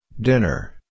dinner